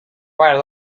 where